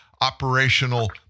operational